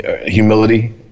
humility